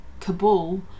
Kabul